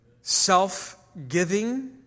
self-giving